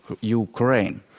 Ukraine